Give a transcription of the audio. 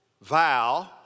vow